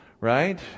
right